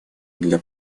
для